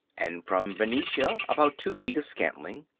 and from venetia about two feet of scantling.